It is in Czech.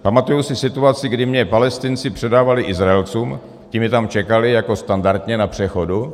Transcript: Pamatuji si situaci, kdy mě Palestinci předávali Izraelcům, ti mě tam čekali jako standardně, na přechodu.